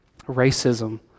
Racism